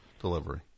delivery